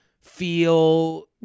feel